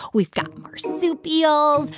we've got marsupial,